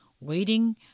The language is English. waiting